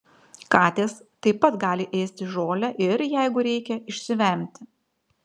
katės taip pat gali ėsti žolę ir jeigu reikia išsivemti